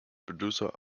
producer